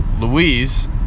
Louise